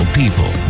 people